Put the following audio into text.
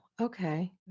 okay